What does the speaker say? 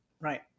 Right